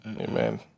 Amen